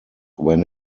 when